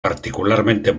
particularmente